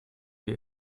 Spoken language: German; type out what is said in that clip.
wir